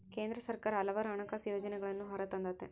ಕೇಂದ್ರ ಸರ್ಕಾರ ಹಲವಾರು ಹಣಕಾಸು ಯೋಜನೆಗಳನ್ನೂ ಹೊರತಂದತೆ